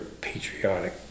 patriotic